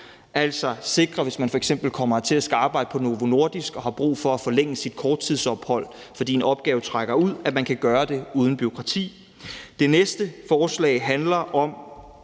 altså sikre, at man, hvis man f.eks. kommer hertil og skal arbejde på Novo Nordisk og har brug for at forlænge sit korttidsophold, fordi en opgave trækker ud, kan gøre det uden bureaukrati. Det næste forslag handler om